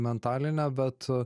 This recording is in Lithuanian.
mentalinė bet